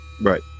Right